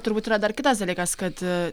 turbūt yra dar kitas dalykas kad